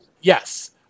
yes